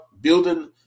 building